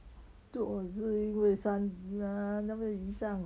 就是你因为三姨啊那个姨丈